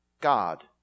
God